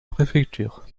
préfecture